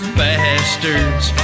bastards